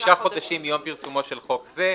שישה חודשים מיום פרסומו של חוק זה."